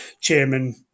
chairman